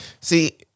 see